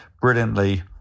brilliantly